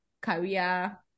career